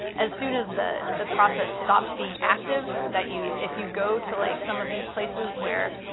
as soon as the the process stops being active, that you if you go to, like, some of these places where,